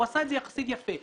הוא עשה את זה יחסית יפה.